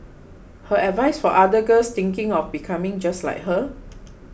her advice for other girls thinking of becoming just like her